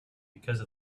because